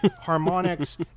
harmonics